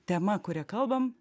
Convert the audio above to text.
tema kuria kalbam